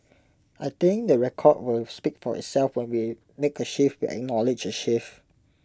I think the record will speak for itself when we make A shift we acknowledge A shift